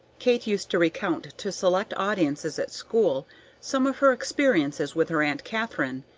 kate used to recount to select audiences at school some of her experiences with her aunt katharine,